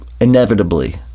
inevitably